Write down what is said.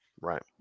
Right